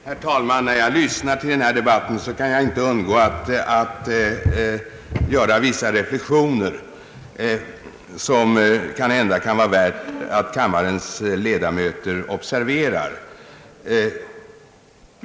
«Herr talman! När jag lyssnar till denna debatt kan jag inte undgå att göra vissa reflexioner, som måhända kan vara värda att kammarens ledamöter observerar.